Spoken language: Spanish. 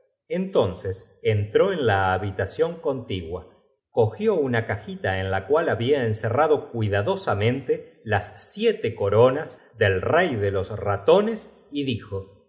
estonces entró en la habitación contigua posa procuraro n hacer memoria no recogió una cajita en la cual había encerrado cuidadosamente las siete coronas del dose á lo que decía el padrino sus fisonoth f rey de los ratones y